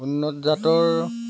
উন্নত জাতৰ